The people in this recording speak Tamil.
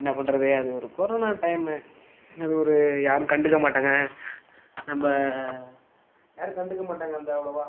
என்ன பண்றது அது ஒரு கொரோனா டைம் அது ஒரு யாரும் கண்டுக்க மாட்டாங்க நம்ம யாரும் கண்டுக்க மாட்டாங்க வந்து அவ்வளோவா